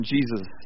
Jesus